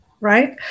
Right